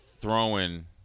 throwing